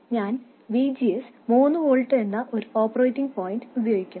ഞാൻ V G S 3 volt എന്ന ഒരു ഓപ്പറേറ്റിംഗ് പോയിന്റ് ഉപയോഗിക്കും